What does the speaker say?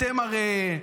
אתם הרי,